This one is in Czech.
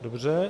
Dobře.